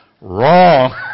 Wrong